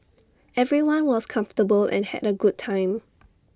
everyone was comfortable and had A good time